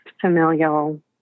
familial